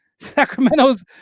Sacramento's